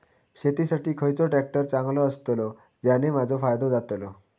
शेती साठी खयचो ट्रॅक्टर चांगलो अस्तलो ज्याने माजो फायदो जातलो?